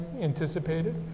anticipated